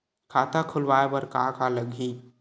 खाता खुलवाय बर का का लगही?